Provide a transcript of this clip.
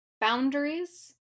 boundaries